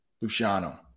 Luciano